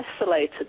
isolated